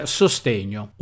sostegno